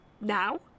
Now